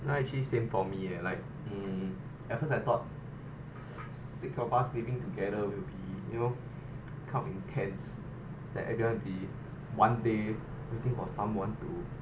ya actually same for me leh like hmm at first I thought six of us living together will be you know kind of intense like everyone be one day waiting for someone to